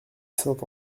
saint